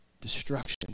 destruction